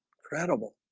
credible